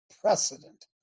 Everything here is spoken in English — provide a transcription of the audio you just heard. precedent